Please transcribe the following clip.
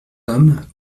homme